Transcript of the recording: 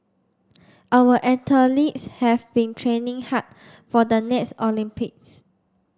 our athletes have been training hard for the next Olympics